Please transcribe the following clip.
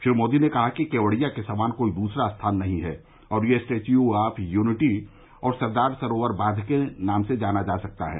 श्री मोदी ने कहा कि केवड़िया के समान कोई दूसरा स्थान नहीं है और यह स्टैच्यू ऑफ यूनिटी और सरदार सरोवर बांध से जाना जा सकता है